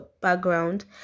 background